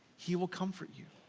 he will comfort you.